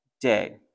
day